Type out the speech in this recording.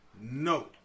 No